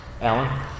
Alan